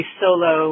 solo